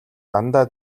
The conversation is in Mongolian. дандаа